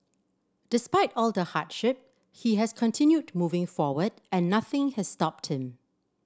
despite all the hardship he has continued moving forward and nothing has stopped him